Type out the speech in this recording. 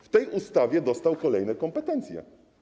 W tej ustawie dostał kolejne kompetencje.